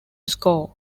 score